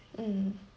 mm